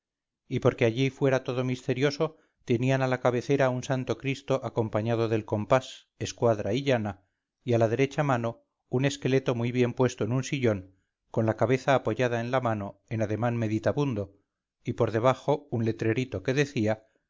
y porque allí fuera todo misterioso tenían a la cabecera un santo cristo acompañado del compás escuadra y llana y a la derecha mano un esqueleto muy bien puesto en un sillón con la cabeza apoyada en la mano en ademán meditabundo y por debajo un letrerito que decía